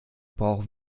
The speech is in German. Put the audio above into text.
brauchen